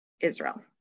Israel